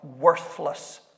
worthless